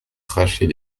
crachait